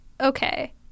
okay